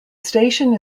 station